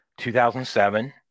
2007